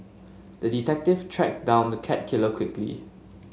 the detective tracked down the cat killer quickly